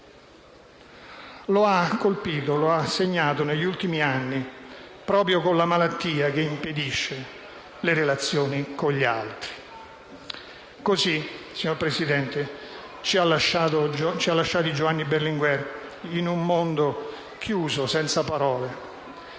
lo ha colpito, lo ha segnato negli ultimi anni, proprio con la malattia che impedisce le relazioni con gli altri. Così, signor Presidente, ci ha lasciati Giovanni Berlinguer, in un mondo chiuso, senza parole.